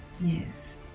Yes